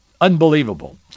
unbelievable